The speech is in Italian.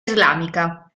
islamica